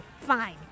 fine